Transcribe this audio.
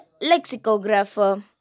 lexicographer